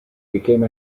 became